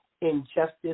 injustice